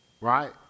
right